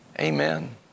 Amen